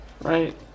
right